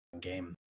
game